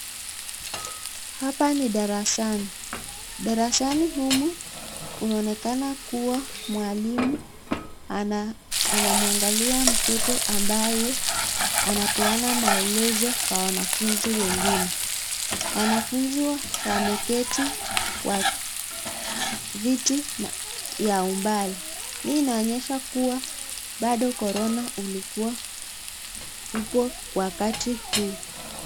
Hapa ni darasani. Darasani humu unaonekana kuwa mwalimu anamwangalia mtoto ambaye anapeana maelezo kwa wanafunzi wengine. Wanafunzi wameketi kwa viti ya umbali. Hii inaonyesha kuwa bado corona ulikuwa kubwa wakati huo.